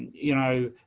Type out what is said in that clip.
you know,